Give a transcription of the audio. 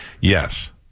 Yes